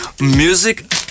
music